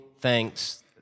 thanks